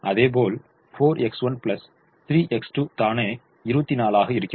இதேபோல் 4X1 3X2 தானே 24 ஆக இருக்கிறது